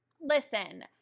Listen